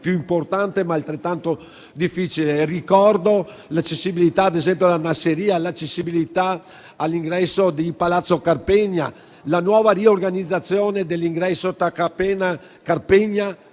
più importante, ma altrettanto difficile. Ricordo l'accessibilità ad esempio, alla Nassirya, l'accessibilità all'ingresso di palazzo Carpegna, la nuova riorganizzazione dell'ingresso tra Carpegna